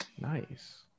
Nice